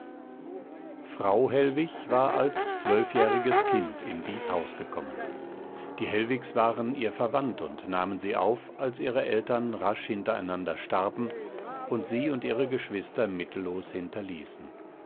frau hellwig war als zwölfjähriges kind in dies haus gekommen die hellwigs waren ihr verwandt und nahmen sie auf als ihre eltern rasch hintereinander starben und sie und ihre geschwister mittellos hinterließen